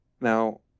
Now